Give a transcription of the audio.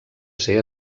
ser